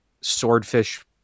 Swordfish